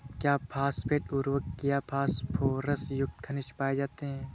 क्या फॉस्फेट उर्वरक में फास्फोरस युक्त खनिज पाए जाते हैं?